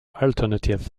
alternative